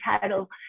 title